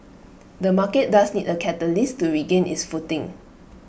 the market does need A catalyst to regain its footing